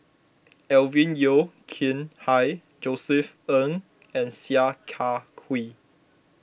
Alvin Yeo Khirn Hai Josef Ng and Sia Kah Hui